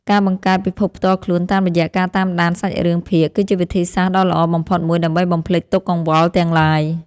ការបង្កើតពិភពផ្ទាល់ខ្លួនតាមរយៈការតាមដានសាច់រឿងភាគគឺជាវិធីសាស្ត្រដ៏ល្អបំផុតមួយដើម្បីបំភ្លេចទុក្ខកង្វល់ទាំងឡាយ។